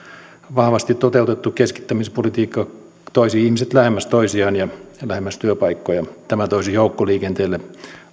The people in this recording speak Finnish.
vahvasti toteutettu keskittämispolitiikka toisi ihmiset lähemmäksi toisiaan ja lähemmäksi työpaikkoja tämä toisi joukkoliikenteelle